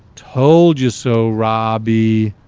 told you so, robby.